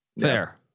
Fair